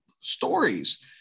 stories